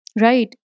right